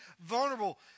vulnerable